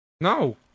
No